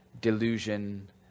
delusion